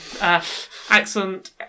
accent